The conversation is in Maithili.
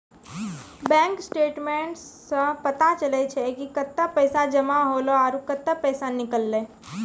बैंक स्टेटमेंट्स सें पता चलै छै कि कतै पैसा जमा हौले आरो कतै पैसा निकललै